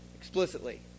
Explicitly